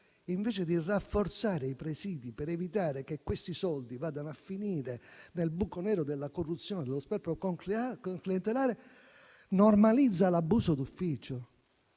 Invece di rafforzare i presidi per evitare che questi soldi vadano a finire nel buco nero della corruzione e dello sperpero clientelare, normalizza l'abuso d'ufficio.